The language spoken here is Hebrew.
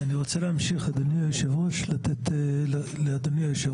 אני רוצה להמשיך לתאר את